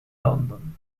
london